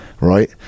Right